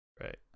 right